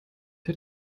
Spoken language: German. der